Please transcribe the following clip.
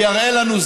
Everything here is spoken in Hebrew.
ויראה לנו,